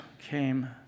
came